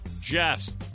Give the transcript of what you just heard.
Jess